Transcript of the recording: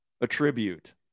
attribute